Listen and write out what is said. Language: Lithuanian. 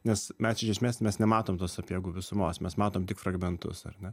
nes mes iš esmės mes nematom tos sapiegų visumos mes matom tik fragmentus ar ne